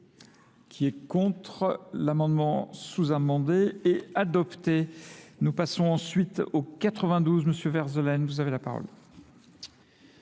qui est contre l'amendement sous-amendé et adopté. Nous passons ensuite au 92. Monsieur Verzelen, vous avez la parole.